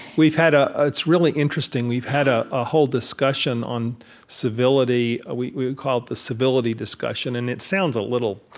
we've had a it's really interesting, we've had a a whole discussion on civility. we call it the civility discussion, and it sounds a little,